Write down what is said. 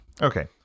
Okay